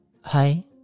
hi